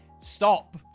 stop